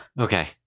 Okay